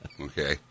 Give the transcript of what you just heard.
Okay